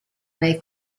nei